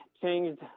changed